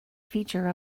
feature